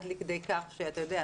אתה יודע,